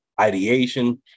ideation